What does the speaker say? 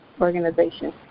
organization